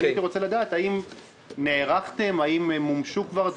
הייתי רוצה לדעת האם נערכתם, האם מומשו כבר דברים,